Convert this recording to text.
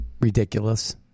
ridiculous